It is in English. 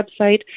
website